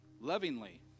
lovingly